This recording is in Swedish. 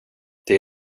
det